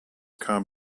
kam